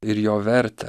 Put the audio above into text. ir jo vertę